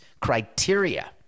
criteria